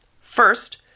First